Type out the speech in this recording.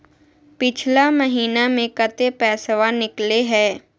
पिछला महिना मे कते पैसबा निकले हैं?